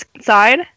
side